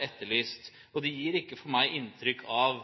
etterlyst. Det gir ikke for meg inntrykk av